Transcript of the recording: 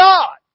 God